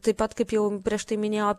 taip pat kaip jau prieš tai minėjau